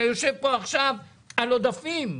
אתה יושב פה עכשיו על עודפים.